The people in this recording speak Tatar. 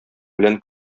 белән